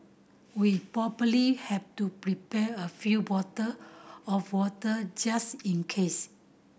we probably have to prepare a few bottle of water just in case